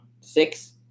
Six